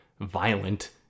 violent